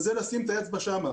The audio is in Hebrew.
לשים את האצבע שם.